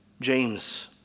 James